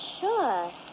sure